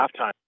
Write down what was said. halftime